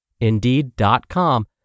Indeed.com